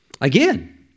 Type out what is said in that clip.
Again